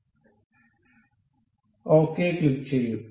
അതിനാൽ ഓകെ ക്ലിക്കുചെയ്യും